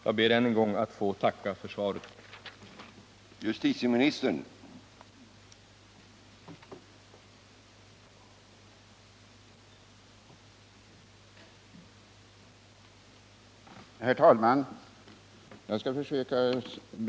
Jag ber än en gång att få tacka för svaret på min interpellation.